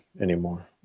anymore